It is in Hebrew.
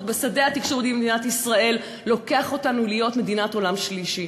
בשדה התקשורת במדינת ישראל לוקחים אותנו להיות מדינת עולם שלישי.